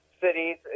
cities